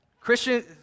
Christian